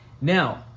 now